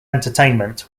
entertainment